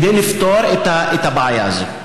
כד לפתור את הבעיה הזאת.